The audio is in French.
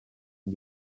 une